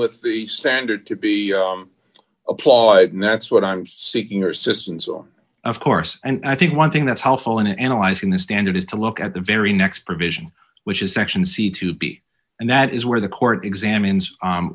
with the standard to be applauded and that's what i'm seeking or systems on of course and i think one thing that's helpful in analyzing the standard is to look at the very next provision which is section c to b and that is where the court examines